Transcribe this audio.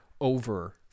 over